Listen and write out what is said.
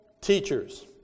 teachers